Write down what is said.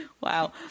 wow